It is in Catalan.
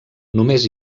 només